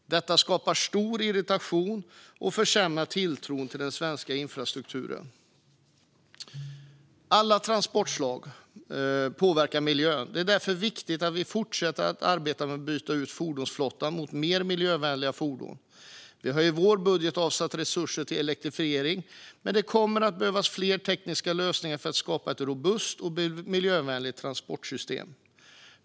Detta skapar stor irritation och försämrar tilltron till den svenska infrastrukturen. Alla transportslag påverkar miljön. Det är därför viktigt att vi fortsätter att arbeta med att byta ut fordonsflottan mot mer miljövänliga fordon. Vi har i vår budget avsatt resurser till elektrifiering. Men det kommer att behövas fler tekniska lösningar för att skapa ett robust och miljövänligt transportsystem.